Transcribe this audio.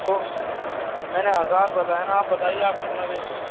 تو میں نے ہزار بتایا نا آپ بتائیے آپ کتنا دیں گی